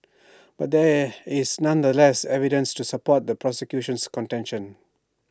but there is nonetheless evidence to support the prosecution's contention